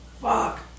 Fuck